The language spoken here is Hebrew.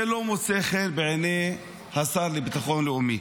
זה לא מוצא חן בעיני השר לביטחון לאומי.